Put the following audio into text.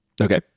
Okay